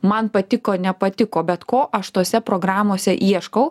man patiko nepatiko bet ko aš tose programose ieškau